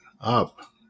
up